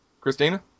Christina